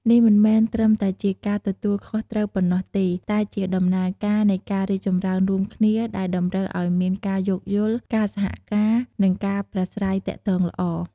នេះមិនមែនត្រឹមតែជាការទទួលខុសត្រូវប៉ុណ្ណោះទេ តែជាដំណើរការនៃការរីកចម្រើនរួមគ្នា ដែលតម្រូវឱ្យមានការយោគយល់ ការសហការ និងការប្រាស្រ័យទាក់ទងល្អ។